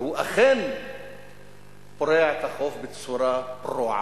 והוא אכן פורע את החוב בצורה פרועה.